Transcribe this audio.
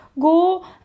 go